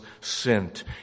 sent